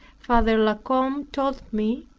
father la combe told me,